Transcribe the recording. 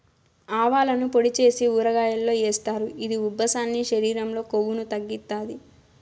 ఆవాలను పొడి చేసి ఊరగాయల్లో ఏస్తారు, ఇది ఉబ్బసాన్ని, శరీరం లో కొవ్వును తగ్గిత్తాది